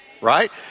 Right